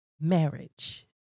marriage